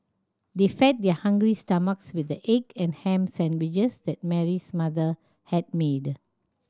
they fed their hungry stomachs with the egg and ham sandwiches that Mary's mother had made